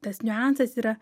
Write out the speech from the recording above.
tas niuansas yra